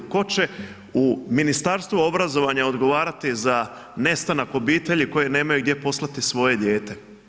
Tko će u Ministarstvu obrazovanja odgovarati za nestanak obitelji koji nemaju gdje poslati svoje dijete?